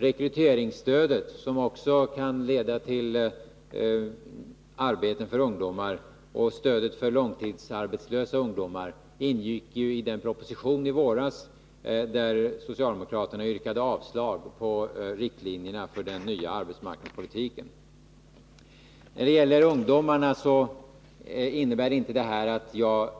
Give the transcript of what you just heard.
Rekryteringsstödet, som också kan leda till arbeten för ungdomar, och stödet för långtidsarbetslösa ungdomar ingick ju i en proposition i våras. Socialdemokraterna yrkade i det sammanhanget avslag beträffande riktlinjerna för den nya arbetsmarknadspolitiken. När det gäller ungdomarna innebär inte de nämnda åtgärderna att jag